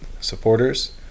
supporters